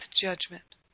judgment